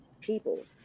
people